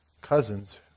cousins